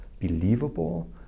believable